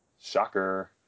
Shocker